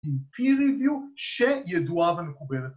‫עם פריוויו שידועה ומקובלת.